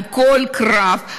על כל הקרב,